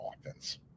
offense